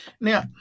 now